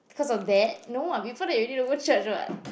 because of that no [what] before that you didn't go church [what]